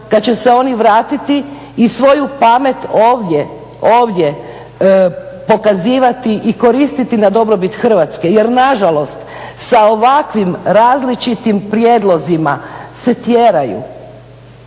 kada će se oni vratiti i svoju pamet ovdje pokazivati i koristiti na dobrobit Hrvatske, jer nažalost sa ovakvim različitim prijedlozima se tjeraju